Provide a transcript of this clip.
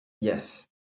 yes